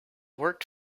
worked